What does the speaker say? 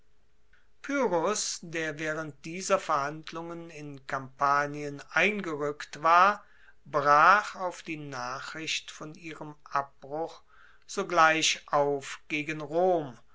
pyrrhos der waehrend dieser verhandlungen in kampanien eingerueckt war brach auf die nachricht von ihrem abbruch sogleich auf gegen rom